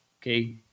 okay